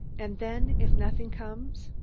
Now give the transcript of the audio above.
and then, if nothing comes?